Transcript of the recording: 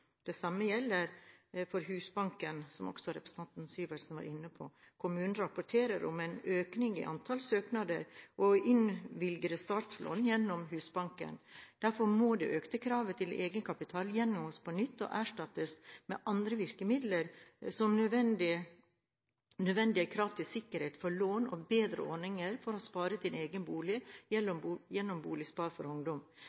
Det samme gjelder for Husbanken, som også representanten Syversen var inne på. Kommunene rapporterer om en økning i antall søknader og innvilgede startlån gjennom Husbanken. Derfor må det økte kravet til egenkapital gjennomgås på nytt og erstattes med andre virkemidler, som nødvendige krav til sikkerhet for lån og bedre ordninger for å spare til egen bolig